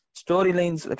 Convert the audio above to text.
storylines